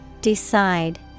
Decide